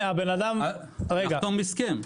לחתום הסכם.